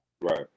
right